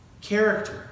Character